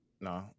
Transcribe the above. No